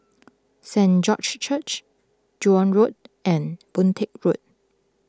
Saint George's Church Joan Road and Boon Teck Road